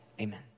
Amen